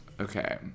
Okay